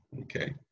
Okay